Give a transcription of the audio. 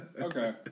Okay